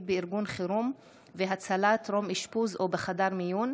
בארגון חירום והצלה טרום אשפוז או בחדר מיון),